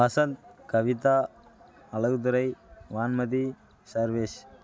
Vasanth Kavitha Alagudurai Vanmathi Sarvesh